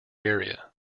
area